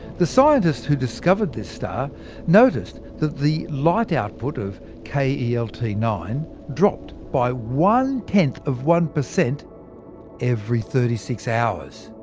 the scientists who discovered this star noticed that the light output of k e l t nine dropped by one tenth of one per cent every thirty six hours.